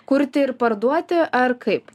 kurti ir parduoti ar kaip